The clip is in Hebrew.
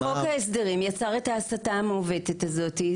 חוק ההסדרים יצר את ההסטה המעוותת הזאת.